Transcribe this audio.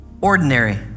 ordinary